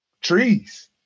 trees